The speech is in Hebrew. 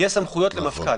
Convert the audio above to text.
יש סמכויות למפכ"ל.